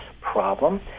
problem